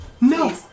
No